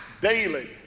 daily